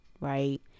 right